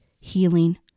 healing